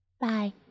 Bye